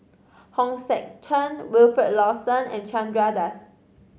Hong Sek Chern Wilfed Lawson and Chandra Das